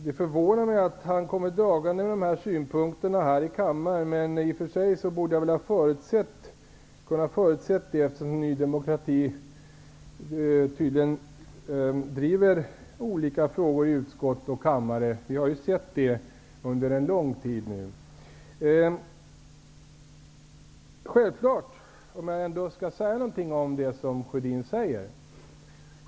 Det förvånar mig att Karl Gustaf Sjödin kommer dragande med de här synpunkterna här i kammaren, men i och för sig borde jag väl ha kunnat förutse det, eftersom Ny demokrati tydligen driver olika frågor i utskott och kammare -- vi har ju nu under en lång tid sett det.